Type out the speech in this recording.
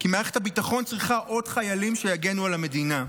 כי מערכת הביטחון צריכה עוד חיילים שיגנו על המדינה.